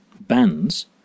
bands